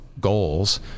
goals